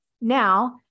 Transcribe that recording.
now